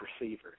receiver